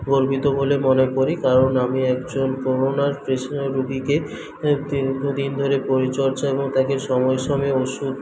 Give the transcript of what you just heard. গর্বিত বলে মনে করি কারণ আমি একজন করোনার পেশ রুগিকে দীর্ঘদিন ধরে পরিচর্যা এবং তাকে সময়ে সময়ে ওষুধ